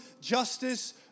justice